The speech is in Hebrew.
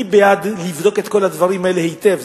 אני בעד לבדוק את כל הדברים האלה היטב,